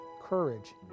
courage